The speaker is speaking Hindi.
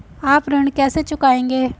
आप ऋण कैसे चुकाएंगे?